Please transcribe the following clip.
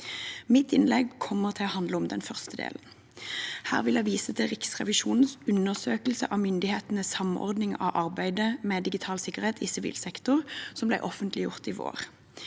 til å handle om den første delen. Her vil jeg vise til Riksrevisjonens undersøkelse av myndighetenes samordning av arbeidet med digital sikkerhet i sivil sektor, som ble offentliggjort i vår.